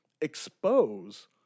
expose